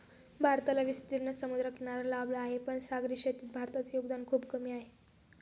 भारताला विस्तीर्ण समुद्रकिनारा लाभला आहे, पण सागरी शेतीत भारताचे योगदान खूप कमी आहे